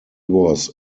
was